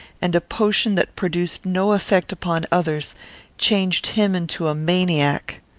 and a potion that produced no effect upon others changed him into a maniac.